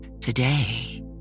Today